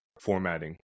formatting